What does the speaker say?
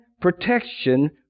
protection